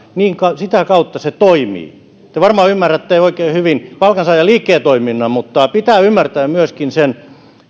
sitä kautta se toimii te varmaan ymmärrätte oikein hyvin palkansaajaliikkeen toiminnan mutta pitää ymmärtää myöskin sen